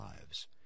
lives